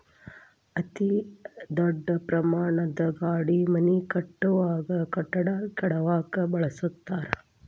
ಅತೇ ದೊಡ್ಡ ಪ್ರಮಾಣದ ಗಾಡಿ ಮನಿ ಕಟ್ಟುವಾಗ, ಕಟ್ಟಡಾ ಕೆಡವಾಕ ಬಳಸತಾರ